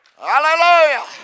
Hallelujah